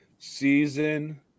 season